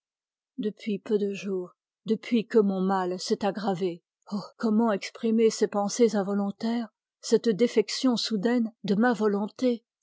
depuis peu de jours depuis que mon mal s'est aggravé oh comment exprimer ces pensées involontaires cette défection soudaine de ma volonté